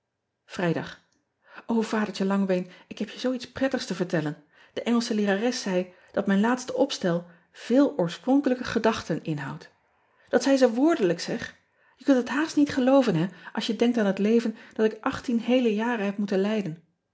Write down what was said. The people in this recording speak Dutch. rijdag adertje angbeen ik heb je zoo iets prettigs te vertellen e ngelsche leerares zei dat mijn laatste opstel veel oorspronkelijke gedachten inhoudt at zei ze woordelijk zeg e kunt het haast niet gelooven hè als je denkt aan het leven dat ik achttien heele jaren heb moeten leiden